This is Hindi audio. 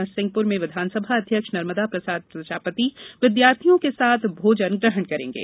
नरसिंहपुर में क्विनसभा अध्यक्ष नर्मदा प्रसाद प्रजापति विद्यार्थियों के साथ भोजन ग्रहण करेंगे